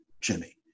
jimmy